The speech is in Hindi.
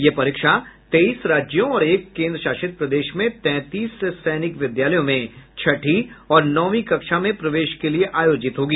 यह परीक्षा तेईस राज्यों और एक केन्द्रशासित प्रदेश में तैंतीस सैनिक विद्यालयों में छठी और नौवीं कक्षा में प्रवेश के लिए आयोजित होगी